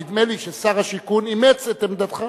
נדמה לי ששר השיכון אימץ את עמדתך.